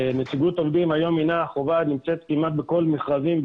נציגות עובדים היום הינה חובה הנמצאת כמעט בכל המכרזים,